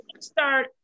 start